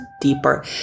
deeper